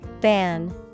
Ban